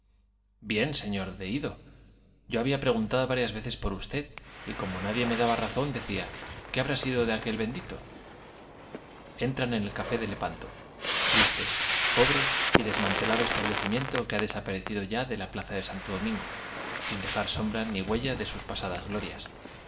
bien sr de ido yo había preguntado varias veces por usted y como nadie me daba razón decía qué habrá sido de aquel bendito entran en el café de lep anto triste pobre y des mantelado establecimiento que ha désap arecido ya de la plaza de santo domingo sin dejar sombra ni huella de pasadas glorias